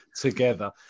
together